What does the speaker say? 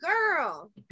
girl